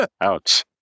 Ouch